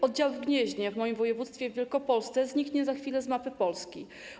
Oddział w Gnieźnie w moim województwie, w Wielkopolsce zniknie za chwilę z mapy Polski.